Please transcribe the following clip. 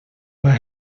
where